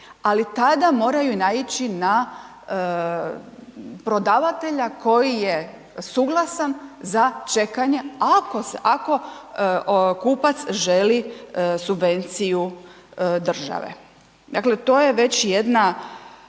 ali tada moraju i naići na prodavatelja koji je suglasan za čekanje, ako se, ako kupac želi subvenciju države. Dakle, to je već jedna,